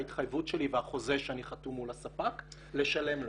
ההתחייבות שלי והחוזה שאני חתום מול הספק לשלם לו.